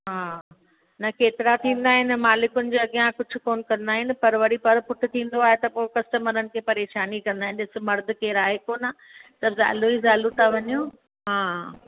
हा न केतिरा थींदा आहिनि मालिकनि जे अॻियां कुझु कोन्ह कंदा आहिनि पर वरी पर पुठ थींदो आहे त कस्टमरनि खे परेशानु ई कंदा आहिनि ॾिस मर्द केरु आहे कोन्ह सभु ज़ालूं ई ज़ालूं था वञू हा